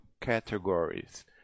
categories